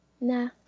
Nah